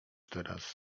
teraz